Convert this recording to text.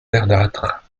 verdâtre